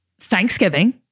Thanksgiving